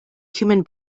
human